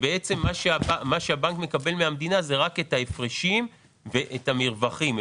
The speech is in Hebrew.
בעצם מה שהבנק מקבל מן המדינה זה רק את ההפרשים ואת המרווחים.